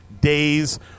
days